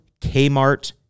Kmart